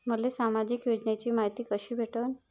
मले सामाजिक योजनेची मायती कशी भेटन?